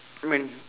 I mean